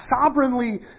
sovereignly